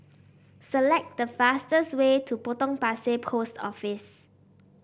select the fastest way to Potong Pasir Post Office